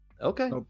Okay